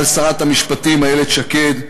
על שרת המשפטים איילת שקד.